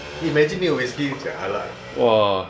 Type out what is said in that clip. imagine 没有 Whiskey jialat